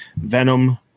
venom